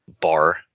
bar